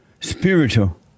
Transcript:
spiritual